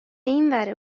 اینور